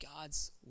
God's